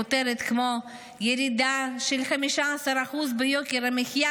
כותרת כמו ירידה של 15% ביוקר המחיה